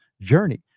journey